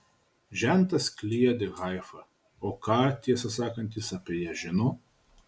žentas kliedi haifa o ką tiesą sakant jis apie ją žino